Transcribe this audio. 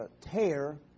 tear